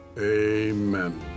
amen